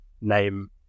name